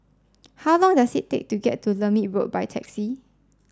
how long does it take to get to Lermit Road by taxi